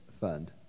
fund